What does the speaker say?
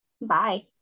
Bye